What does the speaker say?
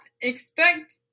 expect